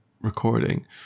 recording